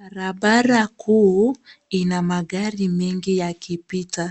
Barabara kuu, ina magari mengi yakipita.